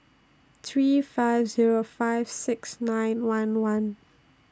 three five Zero five six nine one one